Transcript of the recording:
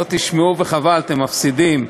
לא תשמעו וחבל, אתם מפסידים.